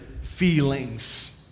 feelings